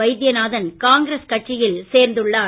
வைத்தியநாதன் காங்கிரஸ் கட்சியில் சேர்ந்துள்ளார்